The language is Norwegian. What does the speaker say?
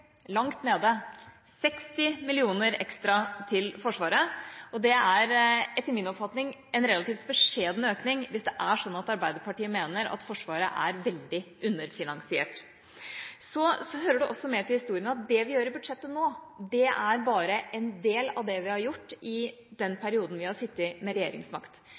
langt nede – 60 mill. kr ekstra til Forsvaret, og det er etter min oppfatning en relativt beskjeden økning hvis det er slik at Arbeiderpartiet mener at Forsvaret er veldig underfinansiert. Så hører det også med til historien at det vi gjør i budsjettet nå, bare er en del av det vi har gjort i den perioden vi har sittet med regjeringsmakt.